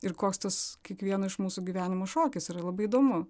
ir koks tas kiekvieno iš mūsų gyvenimo šokis yra labai įdomu